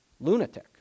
lunatic